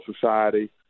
Society